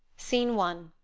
scene one.